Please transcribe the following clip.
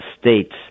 states